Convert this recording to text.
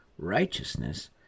Righteousness